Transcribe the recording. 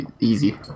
Easy